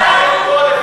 הישיבה,